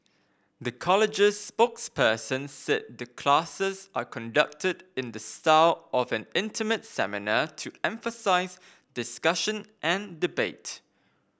the college's spokesperson said the classes are conducted in the style of an intimate seminar to emphasise discussion and debate